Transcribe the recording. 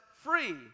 free